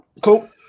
Cool